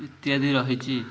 ଇତ୍ୟାଦି ରହିଛି